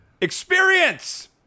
Experience